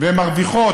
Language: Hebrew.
והן מרוויחות,